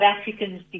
Africans